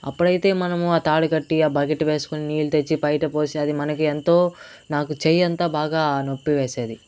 అప్పుడైతే మనము ఆ తాడు కట్టి ఆ బకెట్ వేసుకొని నీళ్లు తెచ్చి బయట పోసి అది మనకి ఎంతో నాకు చెయ్యి అంతా బాగా నొప్పి వేసేది